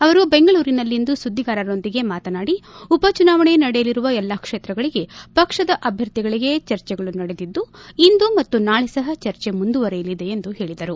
ಅವರು ಬೆಂಗಳೂರಿನಲ್ಲಿಂದು ಸುದ್ಲಿಗಾರರೊಂದಿಗೆ ಮಾತನಾಡಿ ಉಪ ಚುನಾವಣೆ ನಡೆಯಲಿರುವ ಎಲ್ಲಾ ಕ್ಷೇತ್ರಗಳಿಗೆ ಪಕ್ಷದ ಅಭ್ಯರ್ಥಿಗಳಿಗೆ ಚರ್ಚೆಗಳು ನಡೆದಿದ್ದು ಇಂದು ಮತ್ತು ನಾಳೆ ಸಹ ಚರ್ಚೆ ಮುಂದುವರೆಯಲಿದೆ ಎಂದು ಹೇಳಿದರು